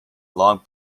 long